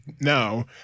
no